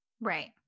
right